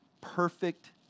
Perfect